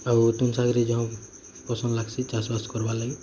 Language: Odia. ଆଉ ତୁନ୍ ଶାଗ ରେ ଯାହ ପସନ୍ଦ ଲାଗ୍ସି ଚାଷ ବାସ କର୍ବାର୍ ଲାଗି